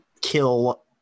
kill